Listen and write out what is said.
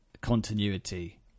continuity